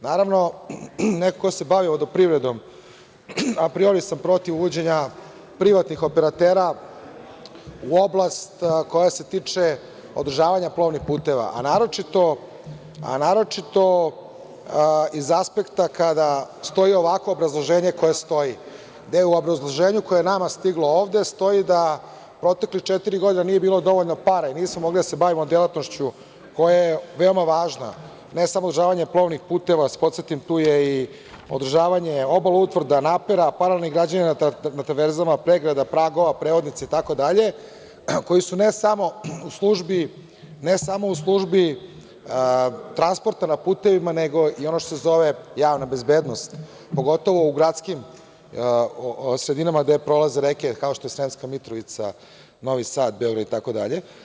Naravno, neko ko se bavio vodoprivredom, apriori sam protiv uvođenja privatnih operatera u oblast koja se tiče održavanja plovnih puteva, a naročito iz aspekta kada stoji ovakvo obrazloženje koje stoji, gde u obrazloženju koje je nama stiglo ovde stoji da u protekle četiri godine nije bilo dovoljno para i nismo mogli da se bavimo delatnošću koja je veoma važna, ne samo za održavanje po plovnih puteva, da vas podsetim, tu je i održavanje obaloutvrda, napera, panalnih građevina na tarvezama, pregrada, pragova, prevodnica itd, koji su ne samo u službi transporta na putevima, nego i ono što se zove javna bezbednost, pogotovo u gradskim sredinama, kao što je Sremska Mitrovica, Novi Sad, Beograd itd.